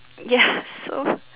ya so